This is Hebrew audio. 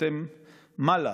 שחותם מעלה,